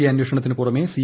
A അന്വേഷണത്തിന് പുറമേ C